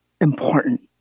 important